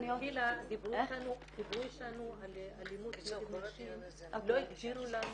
דיברו איתנו על אלימות נשים, לא הגדירו לנו